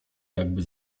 jakby